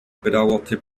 bedauerte